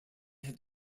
had